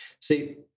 See